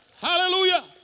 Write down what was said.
Hallelujah